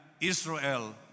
Israel